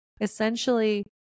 Essentially